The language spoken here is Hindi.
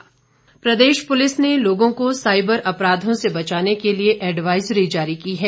साईबर क्राइम प्रदेश पुलिस ने लोगों को साईबर अपराधों से बचाने के लिए एडवाईजरी जारी की है